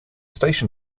station